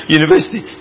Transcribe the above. university